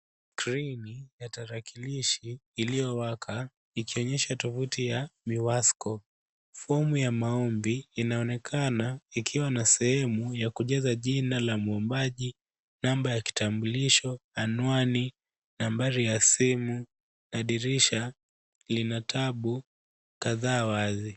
Skrini ya tarakilishi iliyowaka ikionyesha tovuti ya Miwasco. Fomu ya maombi inaonekana ikiwa na sehemu ya kujaza jina la muombaji, namba ya kitambulisho, anwani, nambari ya simu na dirisha lina tabu kadhaa wazi.